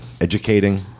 educating